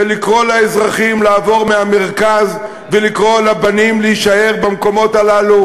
של לקרוא לאזרחים לעבור מהמרכז ולקרוא לבנים להישאר במקומות הללו,